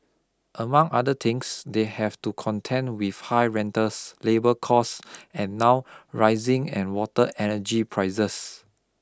among other things they have to contend with high rentals labour costs and now rising and water energy prices